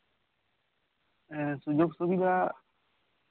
ᱥᱩᱡᱳᱜ ᱥᱩᱵᱤᱫᱷᱟ